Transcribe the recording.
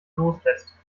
loslässt